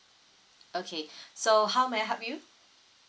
okay so how may I help you